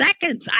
seconds